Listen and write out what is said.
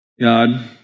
God